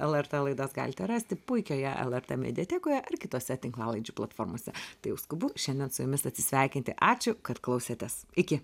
lrt laidas galite rasti puikioje lrt mediatekoje ar kitose tinklalaidžių platformose tai jau skubu šiandien su jumis atsisveikinti ačiū kad klausėtės iki